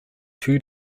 two